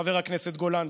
חבר הכנסת גולן,